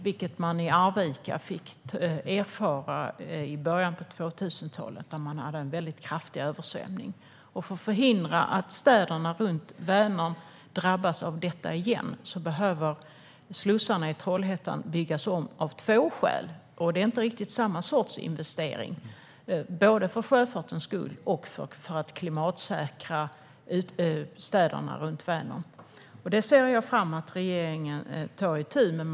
Det fick Arvika erfara i början av 2000-talet då det blev en kraftig översvämning. För att förhindra att städerna runt Vänern drabbas av detta igen behöver slussarna i Trollhättan alltså byggas om av två skäl - både för sjöfartens skull och för att klimatsäkra städerna runt Vänern. Och det är inte riktigt samma sorts investering. Jag ser fram emot att regeringen tar itu med det.